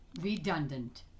redundant